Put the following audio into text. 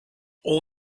all